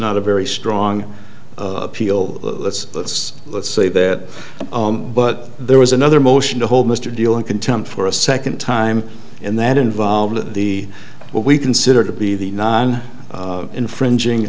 not a very strong appeal let's let's let's say that but there was another motion to hold mr deal in contempt for a second time and that involved the what we consider to be the non infringing